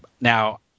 Now